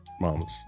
mamas